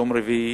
יום רביעי,